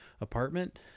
apartment